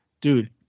dude